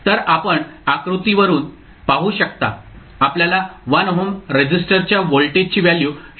तर आपण आकृतीवरून पाहू शकता आपल्याला 1 ओहम रेझिस्टरच्या व्होल्टेजची व्हॅल्यू शोधणे आवश्यक आहे